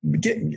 get